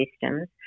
systems